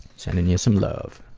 sending you some love.